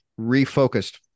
refocused